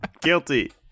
guilty